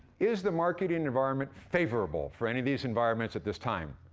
is the market environment favorable for any of these environments at this time?